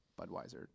Budweiser